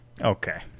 okay